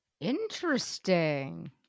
Interesting